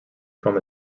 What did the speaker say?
from